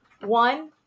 one